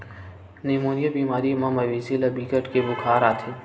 pneumonia बेमारी म मवेशी ल बिकट के बुखार आथे